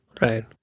Right